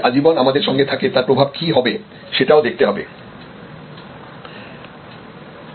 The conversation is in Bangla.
কাস্টমাররা যদি আজীবন আমাদের সঙ্গে থাকে তার প্রভাব কি হবে সেটাও দেখতে হবে